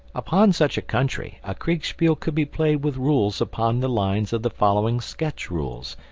upon such a country a kriegspiel could be played with rules upon the lines of the following sketch rules,